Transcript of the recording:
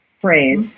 phrase